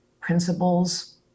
Principles